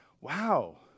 Wow